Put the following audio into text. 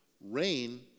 Rain